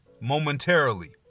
momentarily